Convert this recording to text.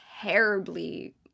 terribly